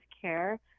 care